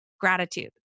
gratitude